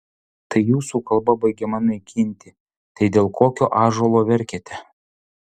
tai jūsų kalba baigiama naikinti tai dėl kokio ąžuolo verkiate